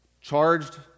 charged